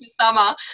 summer